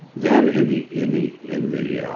then in the, in the, in the,